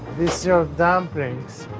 we serve dumplings